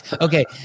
okay